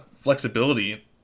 flexibility